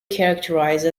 characterised